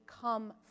come